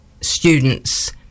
students